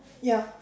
ya